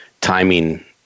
timing